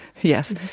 Yes